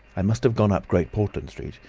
i must have gone up great portland street.